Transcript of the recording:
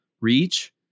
reach